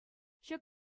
ҫак